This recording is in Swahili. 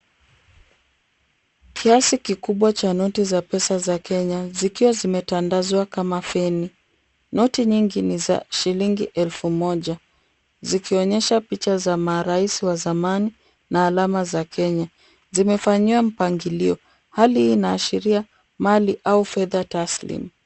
Kiasi kikubwa cha noti za pesa za Kenya zikiwa zimetandazwa kama feni. Noti nyingi ni za shilingi elfu moja zikionyesha picha za marais wa zamani na alama za Kenya. Zimefanyiwa mpangilio. Hali hii inaashiria mali au pesa taslimu.